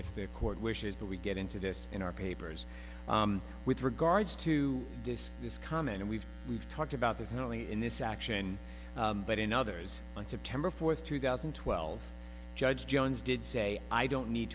if the court wishes but we get into this in our papers with regards to this is common and we've we've talked about this not only in this action but in others on september fourth two thousand and twelve judge jones did say i don't need